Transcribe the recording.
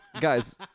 Guys